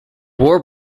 war